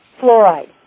fluoride